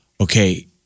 okay